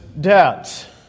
debt